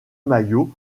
mayo